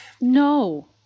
No